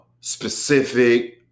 specific